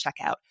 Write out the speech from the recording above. checkout